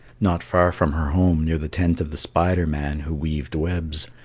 not far from her home, near the tent of the spider man who weaved webs,